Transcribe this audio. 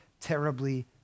terribly